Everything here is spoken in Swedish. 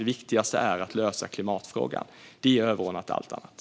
Det viktigaste är att lösa klimatfrågan. Det är överordnat allt annat.